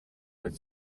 with